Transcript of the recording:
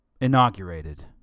inaugurated